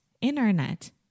Internet